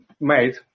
made